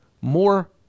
more